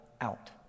out